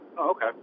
okay